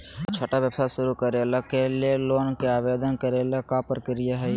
हमरा छोटा व्यवसाय शुरू करे ला के लोन के आवेदन करे ल का प्रक्रिया हई?